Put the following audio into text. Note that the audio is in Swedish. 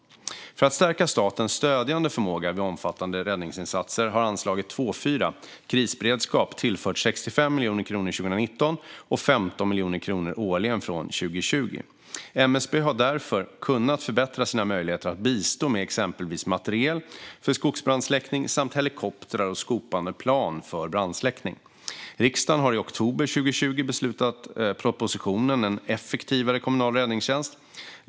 För att stärka statens stödjande förmåga vid omfattande räddningsinsatser har anslag 2:4, Krisberedskap, tillförts 65 miljoner kronor 2019 och 15 miljoner kronor årligen från 2020. MSB har därför kunnat förbättra sina möjligheter att bistå med exempelvis materiel för skogsbrandsläckning samt helikoptrar och skopande plan för brandsläckning. Riksdagen har i oktober 2020 beslutat om propositionen En effektivare kommunal räddningstjänst .